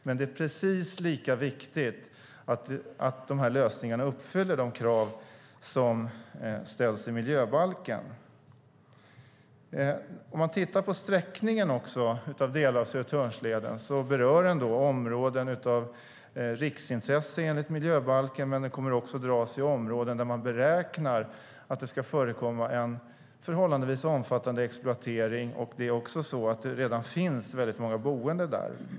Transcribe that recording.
Men det är precis lika viktigt att lösningarna uppfyller de krav som ställs i miljöbalken. Delar av Södertörnsledens sträckning berör områden av riksintresse enligt miljöbalken, men den kommer också att dras i områden där man beräknar att det ska förekomma en förhållandevis omfattande exploatering. Det är också så att det redan finns väldigt många boende där.